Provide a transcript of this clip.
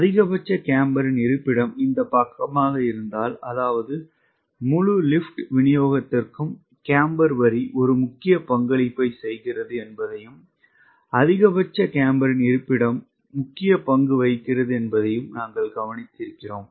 அதிகபட்ச கேம்பரின் இருப்பிடம் இந்த பக்கமாக இருந்தால் அதாவது முழு லிப்ட் விநியோகத்திற்கும் கேம்பர் வரி ஒரு முக்கிய பங்களிப்பை செய்கிறது என்பதையும் அதிகபட்ச கேம்பரின் இருப்பிடம் முக்கிய பங்கு வகிக்கிறது என்பதையும் நாங்கள் கவனித்திருக்கிறோம்